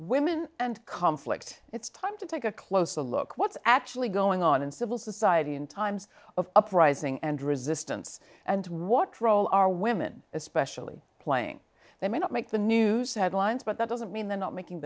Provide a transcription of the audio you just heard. women and conflict it's time to take a closer look what's actually going on in civil society in times of uprising and resistance and what role are women especially playing that may not make the news headlines but that doesn't mean they're not making